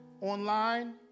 online